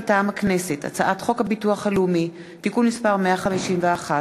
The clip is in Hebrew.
מטעם הכנסת: הצעת חוק הביטוח הלאומי (תיקון מס' 151)